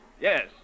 yes